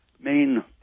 main